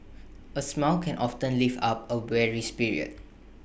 A smile can often lift up A weary spirit